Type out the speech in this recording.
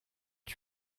que